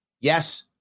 Yes